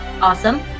awesome